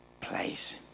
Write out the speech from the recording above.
place